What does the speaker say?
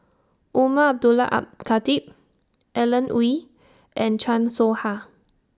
Umar Abdullah Al Khatib Alan Oei and Chan Soh Ha